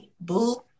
boo